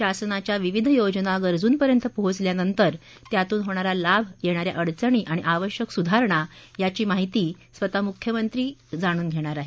शासनाच्या विविध योजना गरजूंपर्यंत पोहोचल्यानंतर त्यातून होणारा लाभ येणाऱ्या अडचणी आणि आवश्यक सुधारणा याची माहिती स्वतः मुख्यमंत्री देवेंद्र फडणवीस जाणून घेणार आहेत